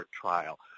trial